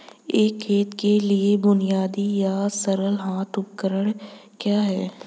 एक खेत के लिए बुनियादी या सरल हाथ उपकरण क्या हैं?